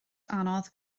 anodd